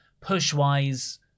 Push-wise